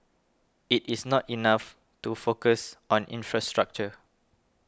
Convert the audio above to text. it is not enough to focus on infrastructure